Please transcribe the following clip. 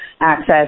access